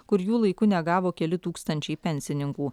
kur jų laiku negavo keli tūkstančiai pensininkų